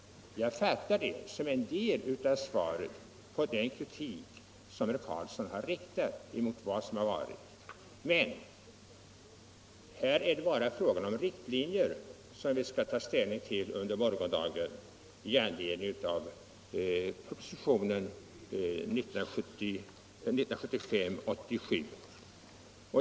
Jag uppfattar det som en del av svaret på den kritik som herr Carlsson riktade mot det som har varit. Men här är det bara fråga om riktlinjer som vi skall ta ställning till under morgondagen i anledning av propositionen 87.